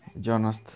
Jonas